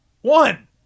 One